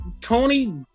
Tony